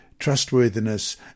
trustworthiness